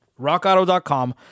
Rockauto.com